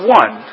one